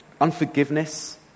Unforgiveness